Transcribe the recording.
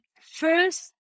First